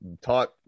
taught